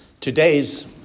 Today's